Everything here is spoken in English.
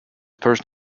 person